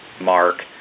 mark